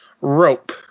Rope